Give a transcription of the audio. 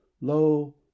lo